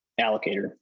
allocator